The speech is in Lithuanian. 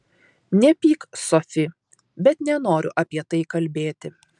nepyk sofi bet nenoriu apie tai kalbėti